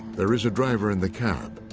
there is a driver in the cab,